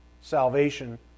salvation